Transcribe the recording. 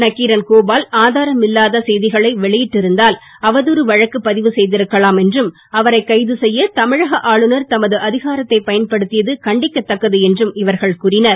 நக்கிரன் கோபால் ஆதாரமில்லாத செய்திகளை வெளியிட்டிருந்தால் அவதாறு வழக்கு பதிவு செய்திருக்கலாம் என்றும் அவரை கைது செய்ய தமிழக ஆளுநர் தமது அதிகாரத்தை பயன்படுத்தியது கண்டிக்கதக்கது என்றும் இவர்கள் கூறினர்